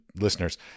listeners